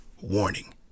Warning